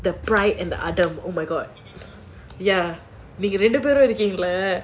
the bri and the adam oh my god நீங்க ரெண்டு பேரும் இருக்கீங்கல:neenga rendu perum irukeengala